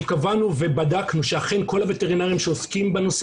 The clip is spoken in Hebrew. אנחנו קבענו ובדקנו שאכן כל הווטרינרים שעוסקים בנושא